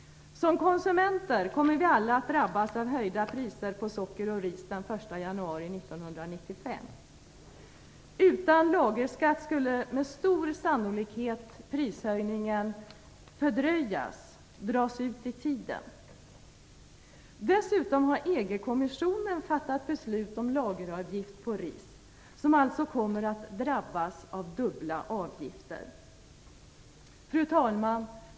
Som konsumenter kommer vi alla att drabbas av höjda priser på socker och ris den 1 januari 1995. Utan lagerskatt skulle prishöjningen med stor sannolikhet fördröjas och dras ut i tiden. EG-kommissionen har dessutom fattat beslut om lageravgift på ris. Riset kommer alltså att drabbas av dubbla avgifter. Fru talman!